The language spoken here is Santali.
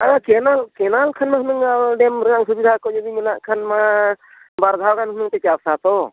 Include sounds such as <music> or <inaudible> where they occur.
<unintelligible> ᱠᱮᱱᱟᱞ ᱠᱮᱱᱟᱞ ᱠᱷᱚᱱ ᱰᱮᱢ ᱨᱮᱭᱟᱜ ᱥᱩᱵᱤᱫᱷᱟ ᱠᱚ ᱡᱩᱫᱤ ᱢᱮᱱᱟᱜ ᱠᱷᱟᱱ ᱢᱟ ᱵᱟᱨ ᱫᱷᱟᱣ ᱜᱟᱱ ᱦᱩᱱᱟᱹᱝ ᱪᱟᱥᱼᱟ ᱛᱚ